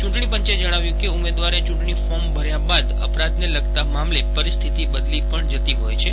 ચૂંટણી પંચે જજ્ઞાવ્યું કે ઉમેદવારે ચૂંટણી ફોર્મ ભર્યા બાદ અપરાધને લગતા મામલે પરિસ્થિતિ બદલી પણ જતી હોય છે